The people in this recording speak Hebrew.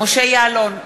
משה יעלון,